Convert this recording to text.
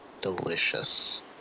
delicious